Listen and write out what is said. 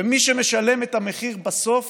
מי שמשלם את המחיר בסוף